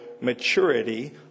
maturity